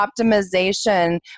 optimization